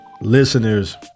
listeners